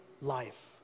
life